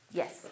yes